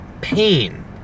pain